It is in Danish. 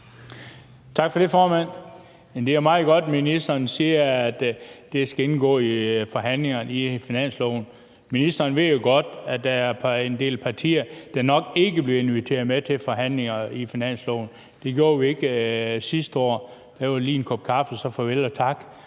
Tak for det, formand. Det er jo meget godt, at ministeren siger, at det skal indgå i forhandlingerne i finansloven, men ministeren ved jo godt, at der er en del partier, der nok ikke bliver inviteret med til forhandlinger om finansloven. Det gjorde vi ikke sidste år – der var det lige en kop kaffe og så farvel og tak.